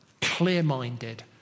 clear-minded